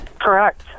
Correct